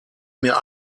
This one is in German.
mir